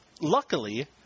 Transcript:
Luckily